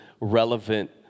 relevant